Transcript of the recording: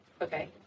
Okay